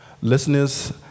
Listeners